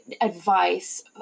advice